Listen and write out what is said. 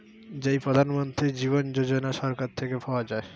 যেই প্রধান মন্ত্রী জীবন যোজনা সরকার থেকে পাওয়া যায়